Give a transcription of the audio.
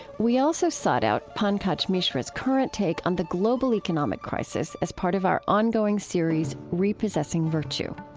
we also sought out pankaj mishra's current take on the global economic crisis as part of our ongoing series repossessing virtue.